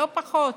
לא פחות.